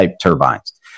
turbines